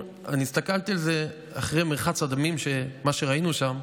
הסתכלתי על זה אחרי מרחץ הדמים, מה שראינו שם,